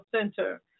Center